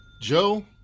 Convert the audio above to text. joe